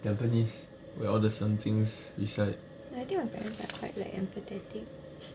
tampines where all the 神经 reside